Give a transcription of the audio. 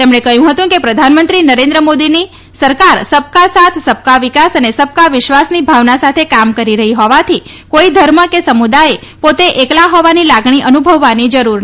તેમણે કહ્યું હતું કે પ્રધાનમંત્રી નરેન્દ્ર મોદીની સરકાર સબકા સાથ સબકા વિકાસ અને સબકા વિશ્વાસની ભાવના સાથે કામ કરી રહી હોવાથી કોઈ ધર્મ કે સમુદાયે પોતે એકલા હોવાની લાગણી અનુભવવાની જરૂર નથી